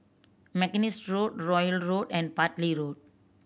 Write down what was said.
Mackenzie Road Royal Road and Bartley Road